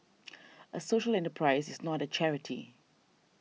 a social enterprise is not a charity